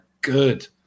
good